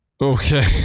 okay